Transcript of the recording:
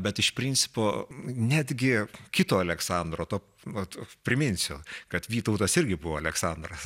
bet iš principo netgi kito aleksandro to vat priminsiu kad vytautas irgi buvo aleksandras